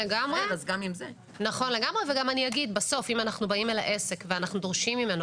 אני אומר שאם בסוף אנחנו באים אל העסק ואנחנו דורשים ממנו,